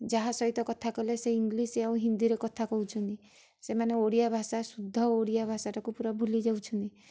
ଯାହା ସହିତ କଥା କଲେ ସେ ଇଂଲିଶ ଆଉ ହିନ୍ଦୀରେ କଥା କହୁଛନ୍ତି ସେମାନେ ଓଡ଼ିଆ ଭାଷା ଶୁଦ୍ଧ ଓଡ଼ିଆ ଭାଷାଟାକୁ ପୁରା ଭୁଲି ଯାଉଛନ୍ତି